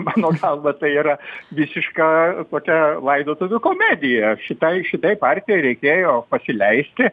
mano galva tai yra visiška tokia laidotuvių komedija šitai šitai partijai reikėjo pasileisti